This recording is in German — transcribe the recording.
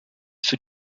für